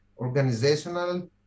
organizational